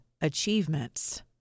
achievements